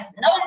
No